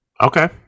Okay